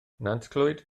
nantclwyd